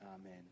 Amen